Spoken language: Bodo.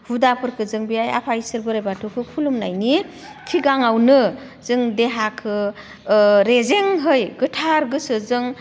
हुदाफोरखो जों बे आफा इसोर बोराइ बाथौखो खुलुमनायनि सिगाङावनो जों देहाखो रेजेंहै गोथार गोसोजों